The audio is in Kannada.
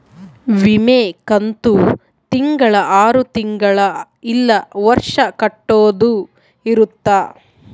ವಿಮೆ ಕಂತು ತಿಂಗಳ ಆರು ತಿಂಗಳ ಇಲ್ಲ ವರ್ಷ ಕಟ್ಟೋದ ಇರುತ್ತ